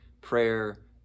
prayer